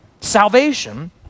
Salvation